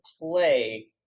play